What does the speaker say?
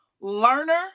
learner